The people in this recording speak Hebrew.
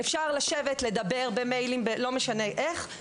אפשר לשבת לדבר במיילים או בדרך אחרת.